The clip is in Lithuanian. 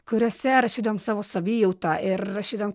kuriuose rašydavom savo savijautą ir rašydavom